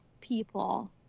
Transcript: people